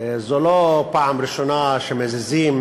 זו לא פעם ראשונה שמזיזים